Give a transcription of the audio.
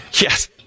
Yes